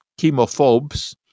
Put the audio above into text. chemophobes